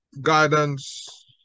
guidance